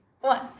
one